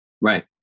Right